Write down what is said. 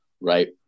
right